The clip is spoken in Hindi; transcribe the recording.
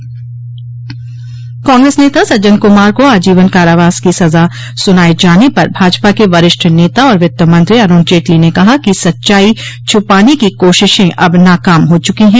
पतिक्रिया कांग्रेस नेता सज्जन क्मार को आजीवन कारावास की सजा सुनाए जाने पर भाजपा के वरिष्ठ नेता और वित्त मंत्री अरूण जेटली ने कहा कि सच्चाई छुपाने की कोशिशें अब नाकाम हो चूकी हैं